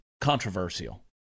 controversial